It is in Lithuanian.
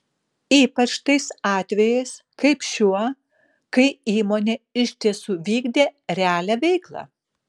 ypač tais atvejais kaip šiuo kai įmonė iš tiesų vykdė realią veiklą